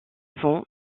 vent